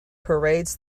parades